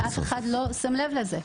אף אחד לא שם לב לזה.